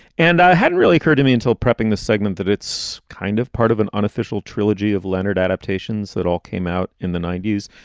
and i hadn't really occurred to me until prepping the segment that it's kind of part of an unofficial trilogy of leonard adaptations that all came out in the ninety s,